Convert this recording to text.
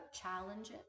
challenges